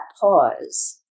pause